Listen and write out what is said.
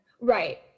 right